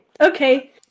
okay